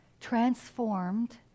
transformed